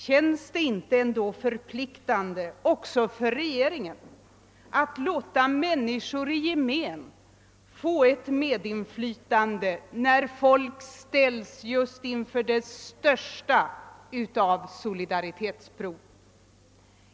Känns det ändå inte förpliktande också för regeringen att låta människor i gemen få ett medinflytande när folk ställs inför det största av solidaritetsprov?